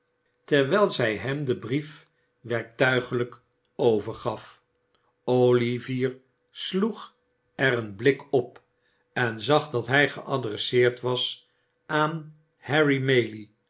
terwijl zij hem den brief werktuiglijk overgaf oivier sloeg er een blik op en zag dat hij geadresseerd was aan harry maylie